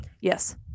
Yes